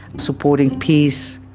supporting peace.